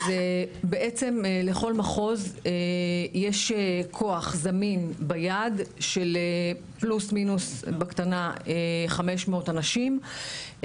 אז בעצם לכל מחוז יש כוח זמין ביד של פלוס-מינוס 500 אנשים